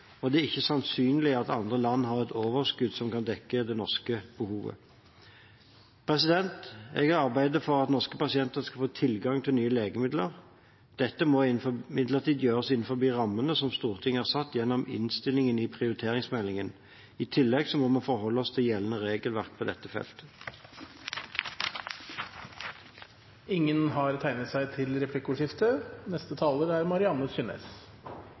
og det er ikke sannsynlig at andre land har et overskudd som kan dekke det norske behovet. Jeg arbeider for at norske pasienter skal få tilgang til nye legemidler. Dette må imidlertid gjøres innenfor rammene som Stortinget har satt gjennom innstillingen til prioriteringsmeldingen. I tillegg må vi forholde oss til gjeldende regelverk på dette feltet. De talere som heretter får ordet, har